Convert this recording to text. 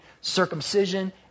circumcision